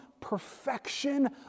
perfection